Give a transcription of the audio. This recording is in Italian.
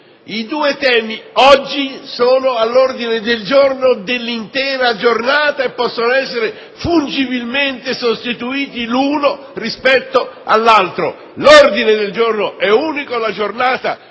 due temi, entrambi all'ordine del giorno dell'intera giornata e che possono essere fungibilmente sostituiti l'uno dall'altro. L'ordine del giorno è unico, la giornata è unica.